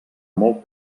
molt